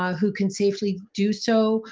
who can safely do so,